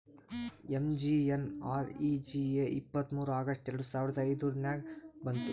MGNREGA ಇಪ್ಪತ್ತ್ಮೂರ್ August ಎರಡು ಸಾವಿರದ ಐಯ್ದುರ್ನಾಗ್ ಬಂತು